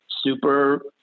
super